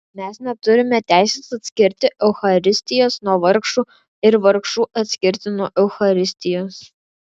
mes neturime teisės atskirti eucharistijos nuo vargšų ir vargšų atskirti nuo eucharistijos